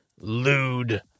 lewd